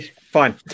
fine